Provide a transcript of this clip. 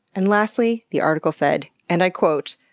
and lastly, the article said, and i quote,